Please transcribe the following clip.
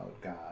God